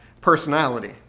personality